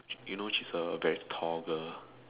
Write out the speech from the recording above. you know she's a very tall girl